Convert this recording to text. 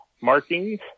markings